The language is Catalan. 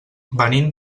venim